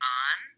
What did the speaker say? on